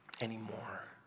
anymore